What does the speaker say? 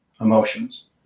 emotions